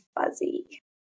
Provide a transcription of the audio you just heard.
fuzzy